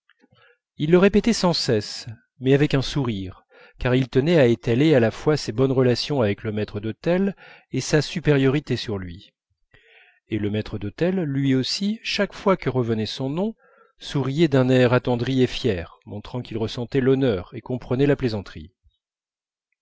il le répétait sans cesse mais avec un sourire car il tenait à étaler à la fois ses bonnes relations avec le maître d'hôtel et sa supériorité sur lui et le maître d'hôtel lui aussi chaque fois que revenait son nom souriait d'un air attendri et fier montrant qu'il ressentait l'honneur et comprenait la plaisanterie